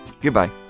Goodbye